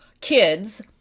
kids